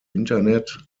internet